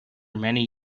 many